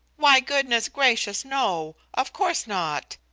why, goodness gracious no! of course not!